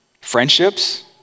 friendships